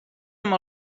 amb